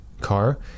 car